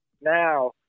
Now